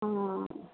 ਹਾਂ